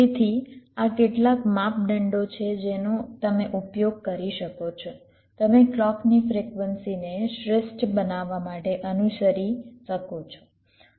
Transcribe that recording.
તેથી આ કેટલાક માપદંડો છે જેનો તમે ઉપયોગ કરી શકો છો તમે ક્લૉકની ફ્રિક્વન્સીને શ્રેષ્ઠ બનાવવા માટે અનુસરી શકો છો